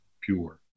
pure